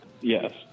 Yes